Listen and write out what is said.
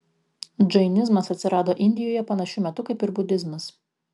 džainizmas atsirado indijoje panašiu metu kaip ir budizmas